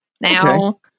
now